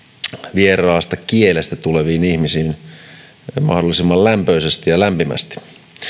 vieraalta kielialueelta tuleviin ihmisiin mahdollisimman lämpöisesti ja lämpimästi